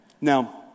Now